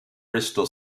bristol